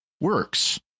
works